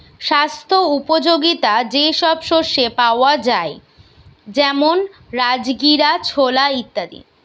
স্বাস্থ্য উপযোগিতা যে সব শস্যে পাওয়া যায় যেমন রাজগীরা, ছোলা ইত্যাদি